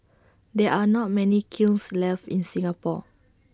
there are not many kilns left in Singapore